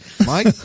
Mike